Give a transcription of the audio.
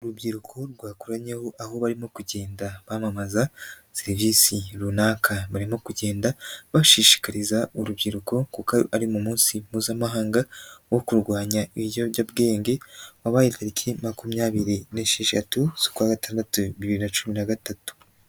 Urubyiruko rwakoranyeho aho barimo kugenda bamamaza serivisi runaka, barimo kugenda bashishikariza urubyiruko kuko ari umunsi mpuzamahanga wo kurwanya ibiyobyabwenge wabaye itariki makumyabiri n'esheshatu zukwa gatandatu bibiri na cumi na gatatu.